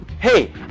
Hey